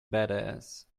badass